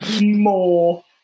more